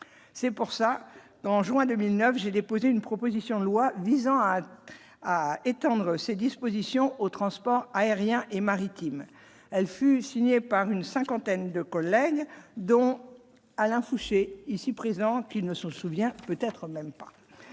c'est pour ça d'en juin 2009 j'ai déposé une proposition de loi visant à à étendre ses dispositions au transport aérien et maritime, elle fut signée par une cinquantaine de collègues dont Alain Fouché, ici présent, qu'il ne se souvient peut-être même pas